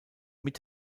mit